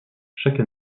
chaque